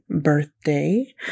birthday